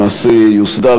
למעשה יוסדר,